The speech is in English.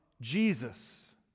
Jesus